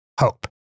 hope